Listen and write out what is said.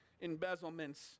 embezzlements